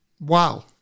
Wow